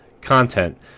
content